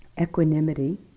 Equanimity